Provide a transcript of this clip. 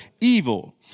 evil